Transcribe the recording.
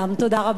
תודה רבה.